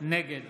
נגד